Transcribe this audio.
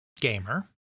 gamer